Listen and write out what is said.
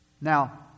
Now